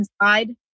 inside